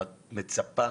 ואת מצפה